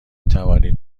توانید